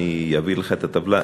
אביא לך את הטבלה,